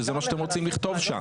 שזה מה שאתם רוצים לכתוב שם.